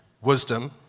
wisdom